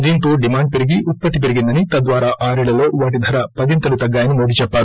దీంతో డిమాండ్ పెరిగి ఉత్పత్తి పెరిగిందని తద్వారా ఆరేళ్లలో వాటి ధర పదింతలు తగ్గాయని మోదీ చెప్పారు